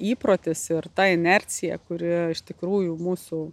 įprotis ir tai inercija kuri iš tikrųjų mūsų